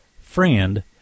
Friend